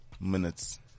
minutes